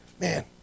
man